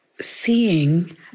seeing